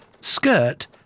skirt